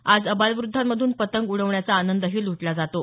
आज आबालवृद्धामधून पतंग उडवण्याचा आनंदही लुटला जातो